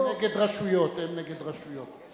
הם נגד רשויות, הם נגד רשויות.